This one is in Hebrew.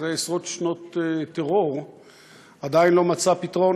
אחרי עשרות שנות טרור עדיין לא מצאה פתרון